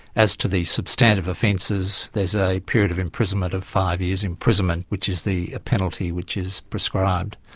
as to the substantive offences, there is a period of imprisonment of five years imprisonment which is the penalty which is prescribed.